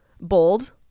bold